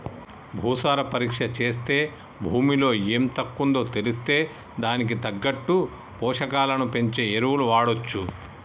భూసార పరీక్ష చేస్తే భూమిలో ఎం తక్కువుందో తెలిస్తే దానికి తగ్గట్టు పోషకాలను పెంచే ఎరువులు వాడొచ్చు